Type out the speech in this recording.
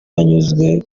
anyuze